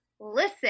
listen